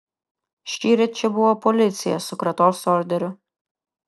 šįryt čia buvo policija su kratos orderiu